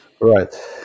Right